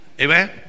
Amen